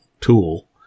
tool